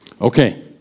Okay